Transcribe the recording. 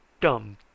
dumb